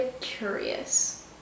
curious